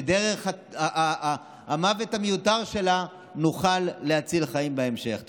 שדרך המוות המיותר שלה נוכל להציל חיים בהמשך.